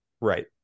Right